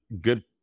good